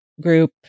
group